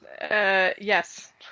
Yes